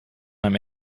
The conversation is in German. einem